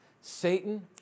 Satan